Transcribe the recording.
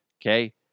Okay